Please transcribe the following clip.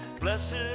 Blessed